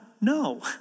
No